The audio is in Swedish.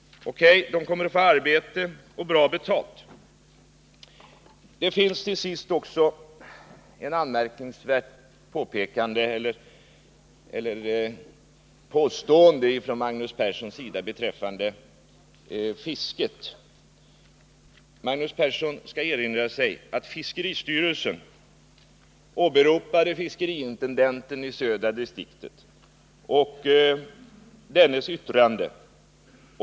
O.K. — de kommer att få arbete och bra betalt. Jag vill till sist också ta upp ett anmärkningsvärt påstående av Magnus Persson beträffande fisket. Magnus Persson bör erinra sig att fiskeristyrelsen åberopade fiskeriintendenten i södra distriktet och dennes yttrande.